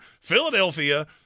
Philadelphia